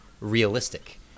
realistic